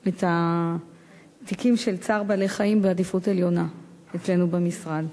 את התיקים של צער בעלי-חיים בעדיפות עליונה אצלנו במשרד.